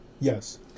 Yes